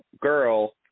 girl